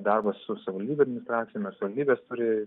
darbas su savivaldybių administracijomis savivaldybės turi